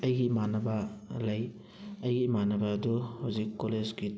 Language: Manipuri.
ꯑꯩꯒꯤ ꯏꯃꯥꯟꯅꯕ ꯂꯩ ꯑꯩꯒꯤ ꯏꯃꯥꯅꯕ ꯑꯗꯨ ꯍꯧꯖꯤꯛ ꯀꯣꯂꯦꯖꯀꯤ